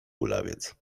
kulawiec